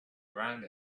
around